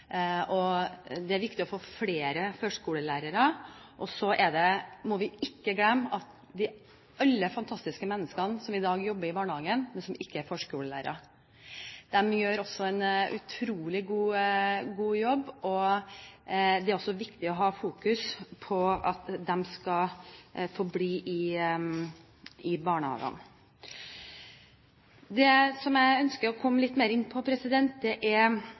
kompetanse. Det er viktig å få flere førskolelærere. Og så må vi ikke glemme alle de fantastiske menneskene som i dag jobber i barnehagene, men som ikke er førskolelærere. De gjør også en utrolig god jobb, og det er også viktig å fokusere på at de skal forbli i barnehagene. Det jeg ønsker å komme litt mer inn på, er de signalene som kommer fra Brenna-utvalget, NOU-en som heter Med forskertrang og lekelyst. Det